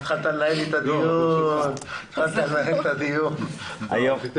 אני משנה